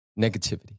negativity